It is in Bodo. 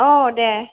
औ दे